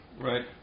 Right